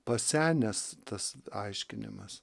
pasenęs tas aiškinimas